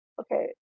Okay